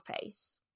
face